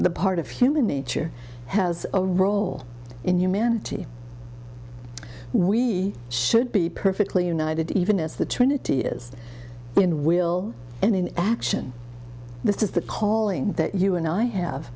the part of human nature has a role in humanity we should be perfectly united even as the trinity is in will and in action this is the calling that you and i have